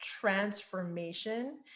transformation